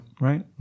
Right